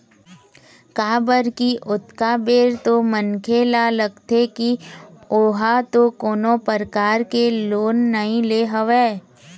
काबर की ओतका बेर तो मनखे ल लगथे की ओहा तो कोनो परकार ले लोन नइ ले हवय